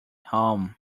home